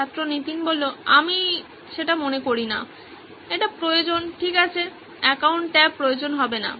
ছাত্র নীতিন তাই আমি মনে করি না এটি প্রয়োজন ঠিক আছে অ্যাকাউন্ট ট্যাব প্রয়োজন হবে না